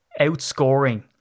outscoring